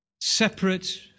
Separate